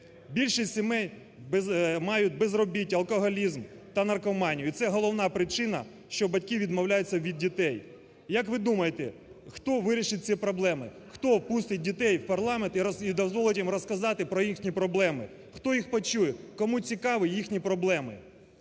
Більшість сімей мають безробіття, алкоголізм та наркоманію – і це головна причина, що батьки відмовляються від дітей. Як ви думаєте, хто вирішить ці проблеми, хто пустить дітей в парламент і дозволить їм розказати про їхні проблеми, хто їх почує, кому цікаві їхні проблеми?